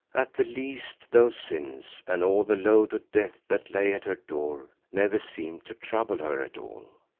at the least those sins and all the load of death that lay at her door never seemed to trouble her at all.